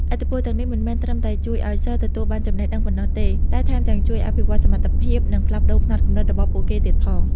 ឥទ្ធិពលទាំងនេះមិនមែនត្រឹមតែជួយឲ្យសិស្សទទួលបានចំណេះដឹងប៉ុណ្ណោះទេ តែថែមទាំងជួយអភិវឌ្ឍសមត្ថភាព និងផ្លាស់ប្តូរផ្នត់គំនិតរបស់ពួកគេទៀតផង។